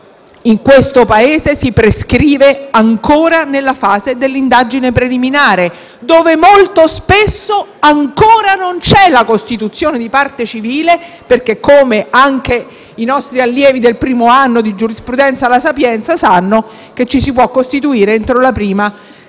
in questo Paese si prescriva ancora nella fase dell'indagine preliminare, dove molto spesso ancora non c'è la costituzione di parte civile, perché, come sanno anche i nostri allievi del primo anno di giurisprudenza alla Sapienza, ci si può costituire entro la prima seduta